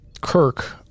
kirk